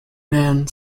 man